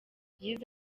yize